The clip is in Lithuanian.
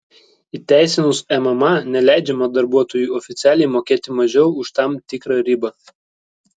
įteisinus mma neleidžiama darbuotojui oficialiai mokėti mažiau už tam tikrą ribą